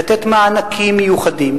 לתת מענקים מיוחדים,